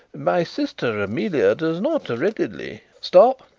my sister amelia does not readily stop!